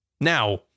Now